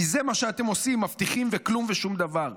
כי זה מה שאתם עושים: מבטיחים, וכלום ושום דבר.